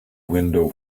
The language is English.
window